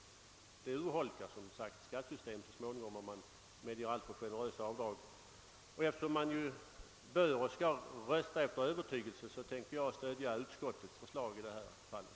Skattesystemet urholkas som sagt så småningom, om man medger alltför generösa avdrag inom alla möjliga områden. Eftersom man ju bör rösta efter övertygelse, tänker jag stödja utskottets förslag i det här fallet.